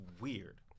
weird